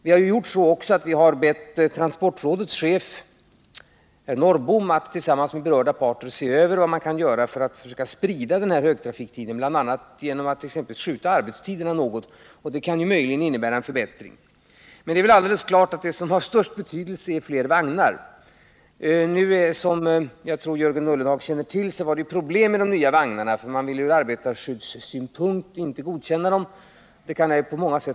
Vi har bett transportrådets chef, herr Norrbom, att tillsammans med berörda parter se över vad man kan göra för att försöka sprida högtrafikstiden, t.ex. genom att skjuta arbetstiderna något. Det kan möjligen innebära en förbättring. Men det är helt klart att det som har störst betydelse är fler vagnar. Jag tror att Jörgen Ullenhag känner till att vi har problem med de nya vagnarna — man ville från arbetarskyddssynpunkt inte godkänna dem. Detta kan jag förstå av många skäl.